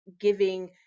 giving